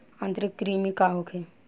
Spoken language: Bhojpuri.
आंतरिक कृमि का होखे?